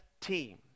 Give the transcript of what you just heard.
team